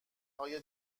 های